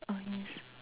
uh yes